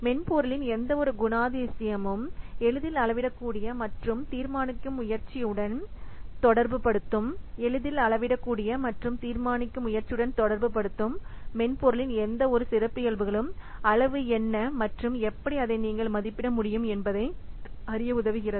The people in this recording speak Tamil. மென்பொருளின் எந்தவொரு குணாதிசயமும் எளிதில் அளவிடக்கூடிய மற்றும் தீர்மானிக்கும் முயற்சியுடன் தொடர்புபடுத்தும் மென்பொருளின் எந்தவொரு சிறப்பியல்புகளும் அளவு என்ன மற்றும் எப்படி அதை நீங்கள் மதிப்பிட முடியும் என்பதை அறிய உதவுகிறது